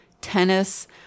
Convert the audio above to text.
tennis